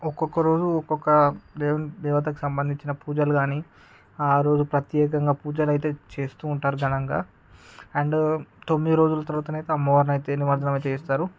ఒక్కొక్క రోజు ఒక్కొక దేవుని దేవతకు సంబంధించిన పూజలు గాని ఆ రోజు ప్రత్యేకంగా పూజలైతే చేస్తుంటారు ఘనంగా అండ్ తొమ్మిది రోజులు తర్వాతనైతే అమ్మవారినైతే నిమజ్జనం చేస్తారు